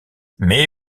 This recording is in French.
mais